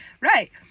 Right